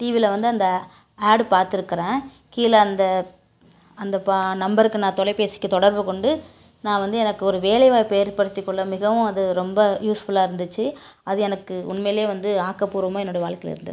டிவியில் வந்து அந்த ஆட் பார்த்துருக்கறேன் கீழே அந்த அந்த பா நம்பருக்கு நான் தொலைபேசிக்கு தொடர்பு கொண்டு நா வந்து எனக்கு ஒரு வேலைவாய்ப்பு ஏற்படுத்திக்கொள்ள மிகவும் அது ரொம்ப யூஸ்ஃபுல்லாக இருந்துச்சு அது எனக்கு உண்மையிலேயே வந்து ஆக்கப்பூர்வமாக என்னோடய வாழ்க்கையில் இருந்தது